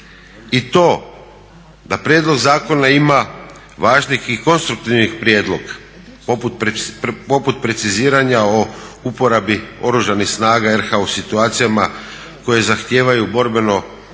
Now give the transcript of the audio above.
i to da prijedlog zakona ima važnih i konstruktivnih prijedloga poput preciziranja o uporabi Oružanih snaga RH u situacijama koje zahtijevaju borbeno